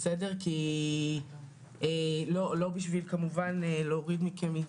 לא בשביל להוריד מכם,